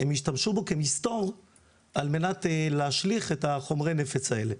הם השתמשו בו כמסתור על מנת להשליך את חומרי הנפץ האלה.